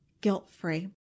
guilt-free